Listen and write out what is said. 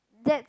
that's